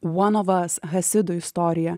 one of us hasidų istorija